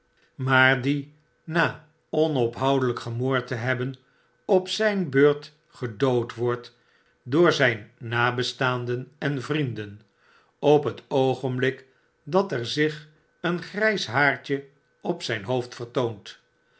maar die na onophoudelp gemoord te hebben op ztjn beurt gedood wordt door zijn nabestaanden en vrienden op het oogenblik dat er zich een grijs haartje op zyn hoofd vertoont